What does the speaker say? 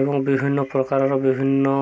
ଏବଂ ବିଭିନ୍ନ ପ୍ରକାରର ବିଭିନ୍ନ